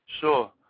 Sure